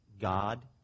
God